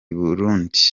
burundi